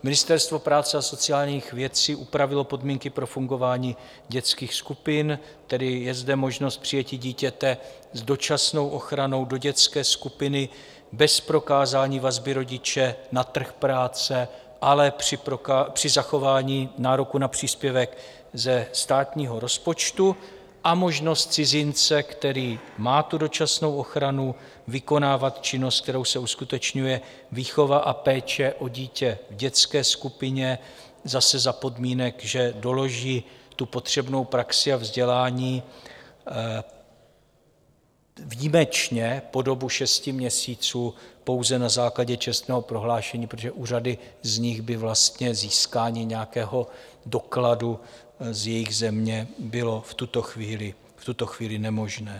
Ministerstvo práce a sociálních věcí upravilo podmínky pro fungování dětských skupin, tedy je zde možnost přijetí dítěte s dočasnou ochranou do dětské skupiny bez prokázání vazby rodiče na trh práce, ale při zachování nároku na příspěvek ze státního rozpočtu, a možnost cizince, který má tu dočasnou ochranu, vykonávat činnost, kterou se uskutečňuje výchova a péče o dítě v dětské skupině, zase za podmínek, že doloží potřebnou praxi a vzdělání, výjimečně po dobu šesti měsíců pouze na základě čestného prohlášení, protože úřady z nich by vlastně získáním nějakého dokladu z jejich země bylo v tuto chvíli nemožné.